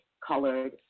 colored